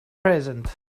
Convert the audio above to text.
present